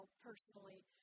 personally